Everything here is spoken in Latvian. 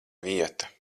vieta